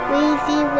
Weezy